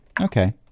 Okay